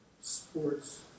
sports